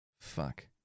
Fuck